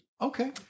Okay